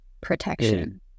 protection